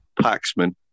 Paxman